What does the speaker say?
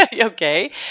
Okay